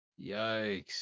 Yikes